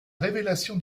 révélation